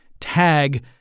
tag –